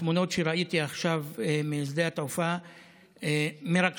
התמונות שראיתי עכשיו משדה התעופה מרגשות,